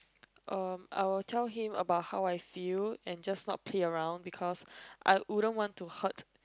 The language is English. uh I will tell him about how I feel and just not play around because I wouldn't want to hurt